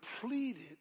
pleaded